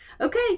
Okay